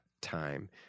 time